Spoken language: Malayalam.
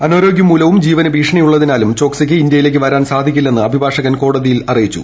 അനാരോഗ്യം മൂലവും ജീവനു ഭീഷണിയുള്ളതിനാലും ചോക്സിക്ക് ഇന്തൃയിലേക്ക് വരാൻ സാധിക്കില്ലെന്ന് അഭിഭാഷകൻ കോടതിയിൽ അറിയിച്ചു